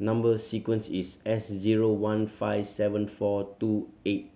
number sequence is S zero one five seven four two eight